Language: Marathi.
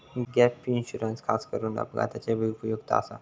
गॅप इन्शुरन्स खासकरून अपघाताच्या वेळी उपयुक्त आसा